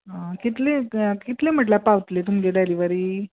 आं कितली कितली म्हणल्यार पावतली तुमगे डिलेवरी